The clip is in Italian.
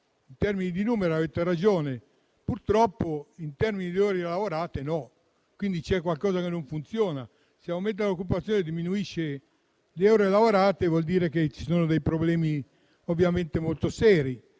in termini di numeri avete ragione, purtroppo, in termini di ore lavorate, no. C'è qualcosa che non funziona; se aumenta l'occupazione, ma diminuiscono le ore lavorate, vuol dire che ci sono dei problemi molto seri